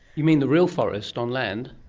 you mean the real forest on land?